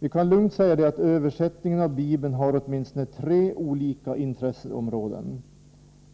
Vi kan lugnt säga att översättningen av Bibeln riktar sig till åtminstone tre olika intresseområden,